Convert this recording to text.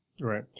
Right